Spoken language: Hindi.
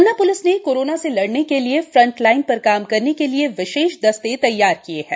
पन्ना प्लिस ने कोरोना से लड़ने के लिए फ्रंट लाइन पर काम करने के लिये विशेष दस्ते तैयार किए हैं